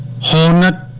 hundred